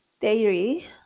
dairy